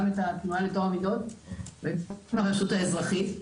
גם את התנועה לטוהר המידות ואת הרשות האזרחית.